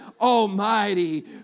Almighty